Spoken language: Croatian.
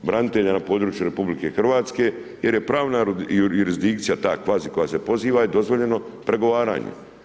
Branitelji na području RH, jer je pravna jurisdikcija ta, kvazi, koja se poziva je dozvoljeno pregovaranje.